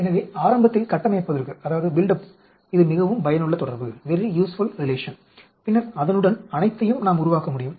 எனவே ஆரம்பத்தில் கட்டமைக்க இது மிகவும் பயனுள்ள தொடர்பு ஆகும் பின்னர் அதனுடன் அனைத்தையும் நாம் உருவாக்க முடியும்